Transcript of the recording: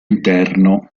interno